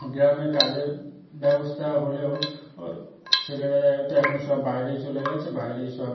গ্রামে কাজের ব্যবস্থা হলেও ছেলেরা এখন যেহেতু সব বাইরেই চলে গেছে বাইরেই সব